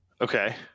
Okay